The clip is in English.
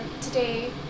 today